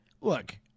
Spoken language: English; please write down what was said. look